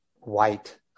white